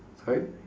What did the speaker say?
sorry